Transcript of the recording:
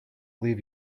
leave